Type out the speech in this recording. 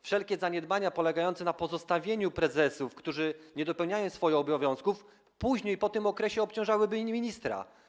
Wszelkie zaniedbania polegające na pozostawieniu prezesów, którzy nie dopełniają swoich obowiązków, później, po tym okresie, obciążałyby ministra.